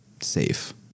safe